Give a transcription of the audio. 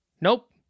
Nope